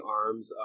arms